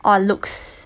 or looks